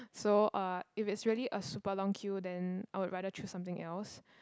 so uh if it's really a super long queue then I would rather choose something else